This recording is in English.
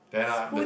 then ah the